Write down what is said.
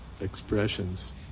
expressions